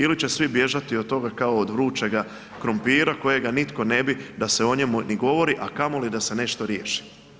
Ili će svi bježati od toga kao od vrućega krumpira kojega nitko ne bi, da se o njemu ni govori, a kamoli da se nešto riješi.